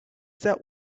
that